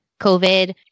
COVID